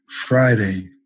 Friday